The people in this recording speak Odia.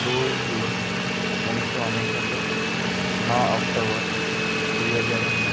ଦୁଇ ଜୁନ ଉଣେଇଶହ ଅନେଶତ ନଅ ଅକ୍ଟୋବର ଦୁଇହଜାର